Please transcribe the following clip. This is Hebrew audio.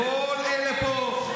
זה, וכל אלה פה,